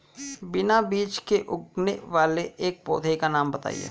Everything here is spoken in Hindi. बिना बीज के उगने वाले एक पौधे का नाम बताइए